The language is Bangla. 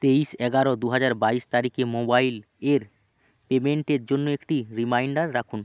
তেইশ এগারো দু হাজার বাইশ তারিখে মোবাইল এর পেমেন্টের জন্য একটি রিমাইন্ডার রাখুন